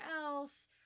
else